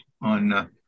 on